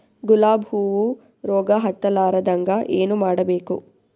ಗುಲಾಬ್ ಹೂವು ರೋಗ ಹತ್ತಲಾರದಂಗ ಏನು ಮಾಡಬೇಕು?